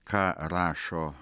ką rašo